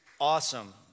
awesome